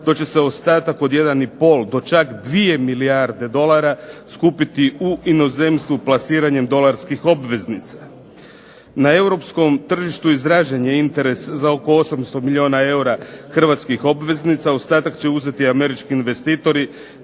dok će se ostatak od 1 i pol do čak 2 milijarde dolara skupiti u inozemstvu plasiranjem dolarskih obveznica. Na europskom tržištu izražen je interes za oko 800 milijuna eura hrvatskih obveznica, ostatak će uzeti američki investitori,